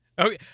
okay